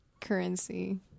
Currency